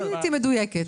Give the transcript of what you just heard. תאמין לי, הייתי מדויקת.